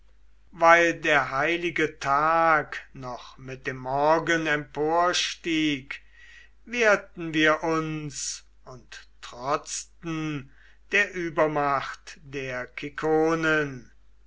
weil der heilige tag noch mit dem morgen emporstieg wehrten wir uns und trotzten der übermacht der